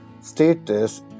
status